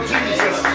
Jesus